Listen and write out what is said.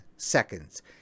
seconds